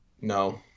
No